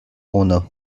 owner